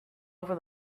over